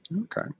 Okay